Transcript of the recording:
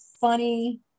funny